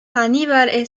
aníbal